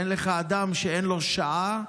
ואין לך אדם שאין לו שעה,